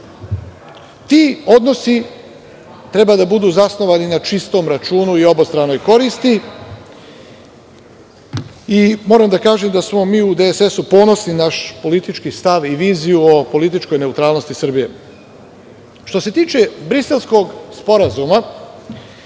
Ti odnosi treba da budu zasnovani na čistom računu i obostranoj koristi. Moram da kažem da smo mi u DSS ponosni na naš politički stav i viziju o političkoj neutralnosti Srbije. Što se tiče Briselskog sporazuma